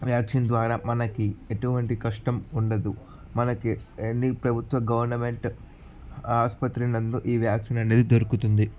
vaccine ద్వారా మనకి ఎటువంటి కష్టం ఉండదు మనకి ఎనీ ప్రభుత్వ గవర్నమెంట్ ఆసుపత్రి నందు ఈ వ్యాక్సిన్ అనేది దొరుకుతుంది